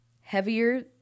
heavier